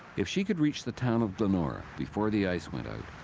if she could reach the town of glenora before the ice went out,